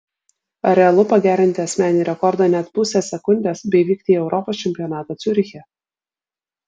ar realu pagerinti asmeninį rekordą net pusę sekundės bei vykti į europos čempionatą ciuriche